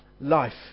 life